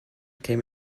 came